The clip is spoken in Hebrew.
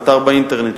אתר באינטרנט,